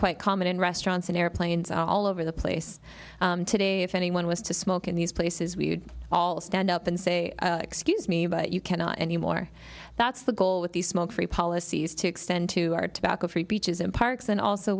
quite common in restaurants in airplanes all over the place today if anyone was to smoke in these places we would all stand up and say excuse me but you cannot anymore that's the goal with the smoke free policies to extend to our tobacco free beaches and parks and also